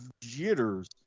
jitters